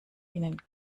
ihnen